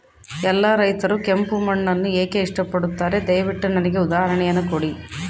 ಎಲ್ಲಾ ರೈತರು ಕೆಂಪು ಮಣ್ಣನ್ನು ಏಕೆ ಇಷ್ಟಪಡುತ್ತಾರೆ ದಯವಿಟ್ಟು ನನಗೆ ಉದಾಹರಣೆಯನ್ನ ಕೊಡಿ?